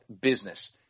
business